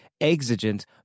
exigent